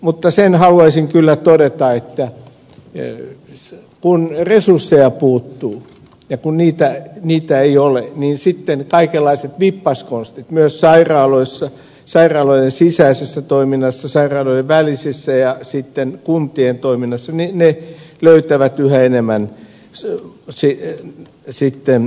mutta sen haluaisin kyllä todeta että kun resursseja puuttuu ja kun niitä ei ole niin sitten kaikenlaiset vippaskonstit myös sairaaloissa sairaaloiden sisäisessä toiminnassa sairaaloiden välisissä ja sitten kuntien toiminnassa löytävät yhä enemmän sovellutuksia